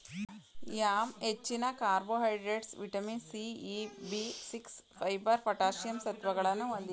yam ಹೆಚ್ಚಿನ carbohydrates, vitamin C, E, B six, fibre, potassium ಸತ್ವಗಳನ್ನು ಹೊಂದಿದೆ